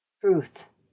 truth